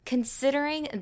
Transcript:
Considering